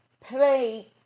play